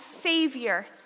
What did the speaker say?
Savior